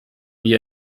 wie